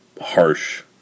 harsh